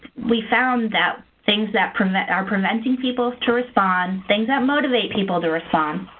we found that things that prevent are preventing people to respond, things that motivate people to respond,